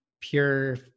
pure